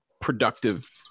productive